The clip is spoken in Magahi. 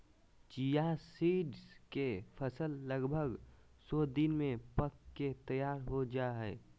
चिया सीड्स के फसल लगभग सो दिन में पक के तैयार हो जाय हइ